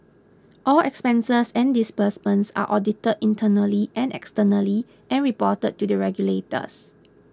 all expenses and disbursements are audited internally and externally and reported to the regulators